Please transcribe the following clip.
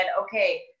okay